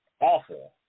awful